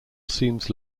seems